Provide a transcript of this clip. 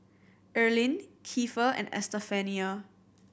Earline Kiefer and Estefania